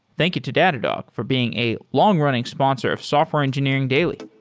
thank you to datadog for being a long-running sponsor of software engineering daily